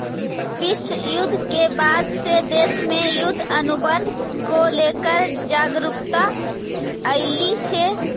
विश्व युद्ध के बाद से देश में युद्ध अनुबंध को लेकर जागरूकता अइलइ हे